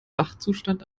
wachzustand